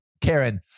karen